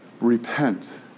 Repent